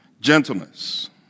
gentleness